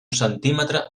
centímetre